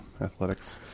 athletics